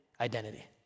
identity